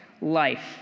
life